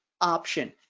option